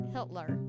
Hitler